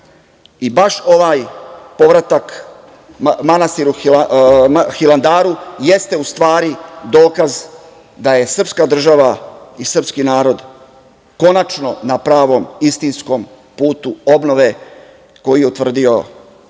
ovaj povratak Hilandaru jeste u stvari dokaz da je srpska država i srpski narod konačno na pravom istinskom putu obnove koji je utvrdio naš